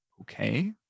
okay